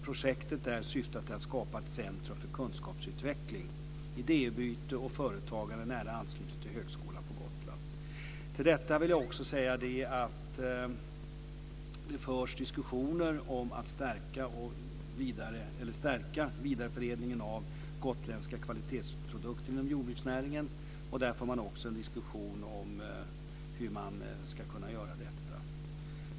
Projektet syftar till att skapa ett centrum för kunskapsutveckling, idéutbyte och företagande i nära anslutning till högskolan på Gotland. Det förs också diskussioner om att stärka vidareförädlingen av gotländska kvalitetsprodukter inom jordbruksnäringen. Man för en diskussion om hur man ska kunna göra detta.